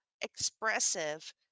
expressive